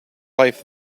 life